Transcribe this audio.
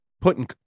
putting